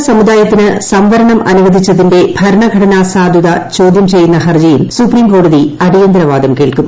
മറാത്ത സമുദായ്ത്തിന് സംവരണം അനുവദിച്ചതിന്റെ ന് ഭരണ ഘടനാ സാധുത ചോദ്യം ചെയ്യുന്ന ഹർജിയിൽ സുപ്രീംകോടതി അടിയന്തര വാദം കേൾക്കും